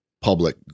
public